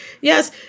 Yes